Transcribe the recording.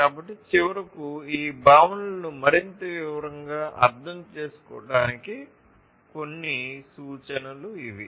కాబట్టి చివరకు ఈ భావనలను మరింత వివరంగా అర్థం చేసుకోవడానికి కొన్ని సూచనలు ఇవి